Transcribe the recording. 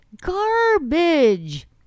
Garbage